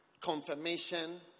confirmation